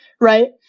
right